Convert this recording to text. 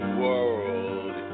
world